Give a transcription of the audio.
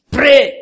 Pray